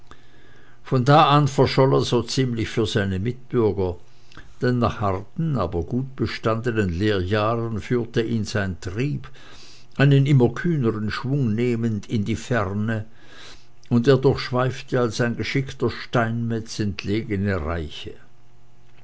von da an verscholl er so ziemlich für seine mitbürger denn nach harten aber gut bestandenen lehrjahren führte ihn sein trieb einen immer kühnern schwung nehmend in die ferne und er durchschweifte als ein geschickter steinmetz entlegene reiche